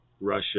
Russia